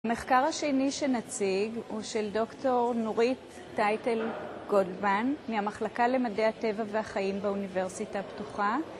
המחקר השני שנציג הוא של דוקטור נורית טייטל גודמן מהמחלקה למדעי הטבע והחיים באוניברסיטה הפתוחה